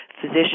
physician